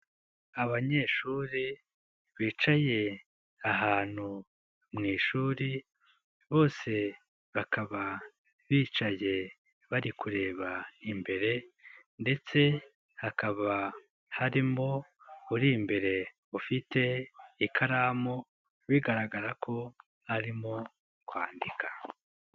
Abanyeshuri bicaye ahantu mu ishuri, bose bakaba bicaye bari kureba imbere ndetse hakaba harimo uri imbere ufite ikaramu bigaragara ko arimo kwandika.